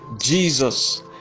Jesus